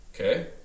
Okay